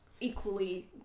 equally